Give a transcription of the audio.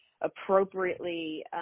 appropriately –